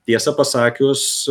tiesą pasakius